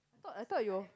I I thought you